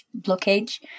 blockage